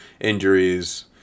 injuries